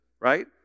right